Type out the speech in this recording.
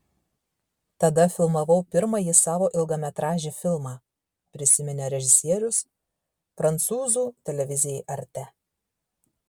tada filmavau pirmąjį savo ilgametražį filmą prisiminė režisierius prancūzų televizijai arte